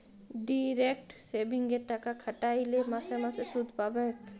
direct সেভিংসে টাকা খ্যাট্যাইলে মাসে মাসে সুদ পাবেক